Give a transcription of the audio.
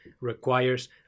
requires